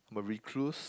I'm a recluse